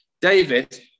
David